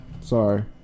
sorry